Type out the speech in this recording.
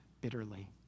bitterly